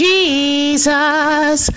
Jesus